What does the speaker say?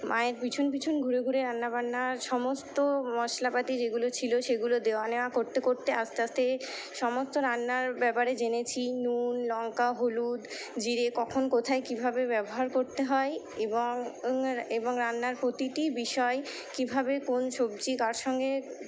মায়ের পিছন পিছন ঘুরে ঘুরে রান্নাবান্নার সমস্ত মশলা পাতি যেগুলো ছিলো সেগুলো দেওয়া নেওয়া করতে করতে আস্তে আস্তে সমস্ত রান্নার ব্যাপারে জেনেছি নুন লঙ্কা হলুদ জিরে কখন কোথায় কীভাবে ব্যবহার করতে হয় এবং এবং রান্নার প্রতিটি বিষয় কীভাবে কোন সবজি কার সঙ্গে